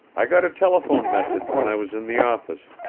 i got a telephone message when i was in the office,